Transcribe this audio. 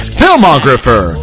filmographer